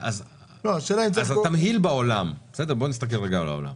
אז התמהיל בעולם בוא נסתכל רגע על העולם,